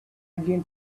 again